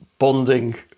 bonding